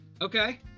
Okay